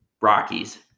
Rockies